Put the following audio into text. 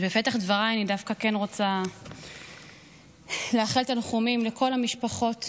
בפתח דבריי אני רוצה לשלוח תנחומים לכל המשפחות